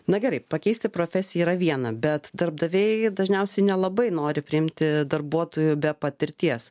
na gerai pakeisti profesiją yra viena bet darbdaviai dažniausiai nelabai nori priimti darbuotojų be patirties